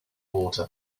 water